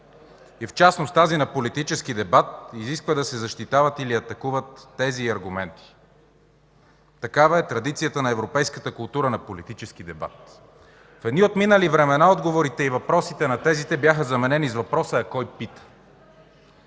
и в частност тази на политически дебат, изисква да се защитават или атакуват тези и аргументи. Такава е традицията на европейската култура на политически дебат. В едни отминали времена отговорите и въпросите на тезите бяха заменени с въпроса: „А кой пита?”